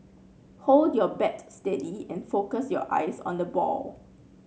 hold your bat steady and focus your eyes on the ball